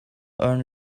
earn